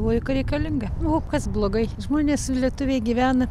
vaikui reikalinga nu o kas blogai žmonės lietuviai gyvena